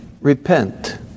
repent